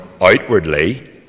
outwardly